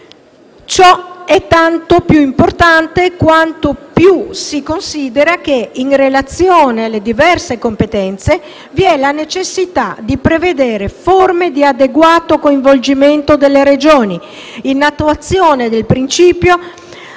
Ciò è tanto più importante quanto più si considera che, in relazione alle diverse competenze, vi è la necessità di prevedere forme di adeguato coinvolgimento delle Regioni, in attuazione del principio